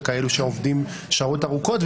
וכאלו שעובדים שעות ארוכות,